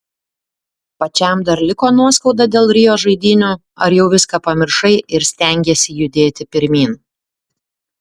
pačiam dar liko nuoskauda dėl rio žaidynių ar jau viską pamiršai ir stengiesi judėti pirmyn